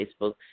Facebook